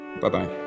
Bye-bye